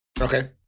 Okay